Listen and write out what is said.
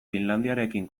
finlandiarekin